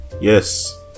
yes